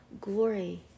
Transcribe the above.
glory